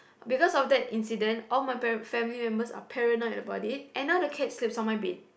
because of that incident all my parent family members are paranoid about it and now the cat sleeps on my bed